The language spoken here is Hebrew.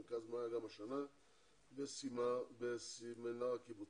מרכז 'מאיה' גם השנה בסמינר הקיבוצים.